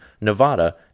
Nevada